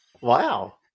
Wow